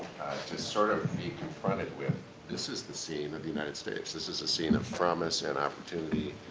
to sort of of be confronted with this is the scene of the united states. this is the scene of promise and opportunity,